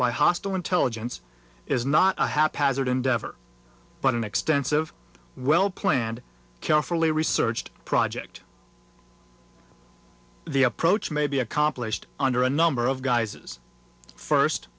by hostile intelligence is not a haphazard endeavor but an extensive well planned carefully researched project the approach may be accomplished under a number of guises first